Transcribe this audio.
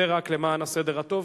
זה רק למען הסדר הטוב,